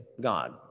God